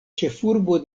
ĉefurbo